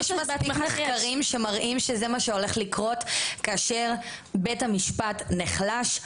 יש מחקרים שמראים שזה מה שהולך לקרות כאשר בית המשפט נחלש,